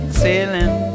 sailing